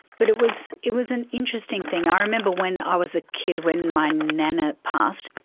but it was it was an interesting thing. i remember when i was a kid, when my nanna passed,